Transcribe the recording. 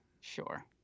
Sure